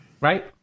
Right